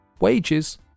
Wages